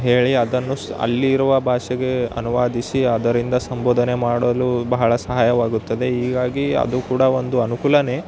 ಹೇಳಿ ಅದನ್ನು ಅಲ್ಲಿರುವ ಭಾಷೆಗೆ ಅನುವಾದಿಸಿ ಅದರಿಂದ ಸಂಬೋಧನೆ ಮಾಡಲು ಬಹಳ ಸಹಾಯವಾಗುತ್ತದೆ ಹೀಗಾಗಿ ಅದು ಕೂಡ ಒಂದು ಅನುಕೂಲವೇ